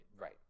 Right